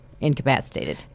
incapacitated